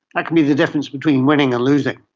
like can be the difference between winning and losing.